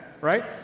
right